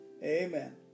Amen